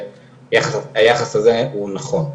היחס הזה הוא נכון.